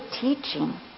teaching